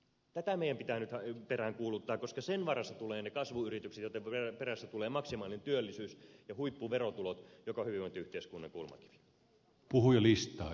tätä meidän nyt pitää peräänkuuluttaa koska sen varassa tulevat ne kasvuyritykset joiden perässä tulevat maksimaalinen työllisyys ja huippuverotulot jotka ovat hyvinvointiyhteiskunnan kulmakivi